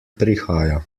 prihaja